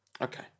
Okay